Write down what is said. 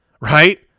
Right